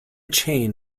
chain